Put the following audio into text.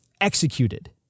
executed